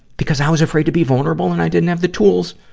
because i was afraid to be vulnerable and i didn't have the tools